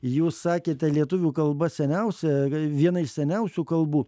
jūs sakėte lietuvių kalba seniausia viena iš seniausių kalbų